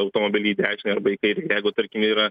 automobilį į dešinę arba į kairę ir jeigu tarkim yra